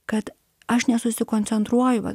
kad aš nesusikoncentruoju va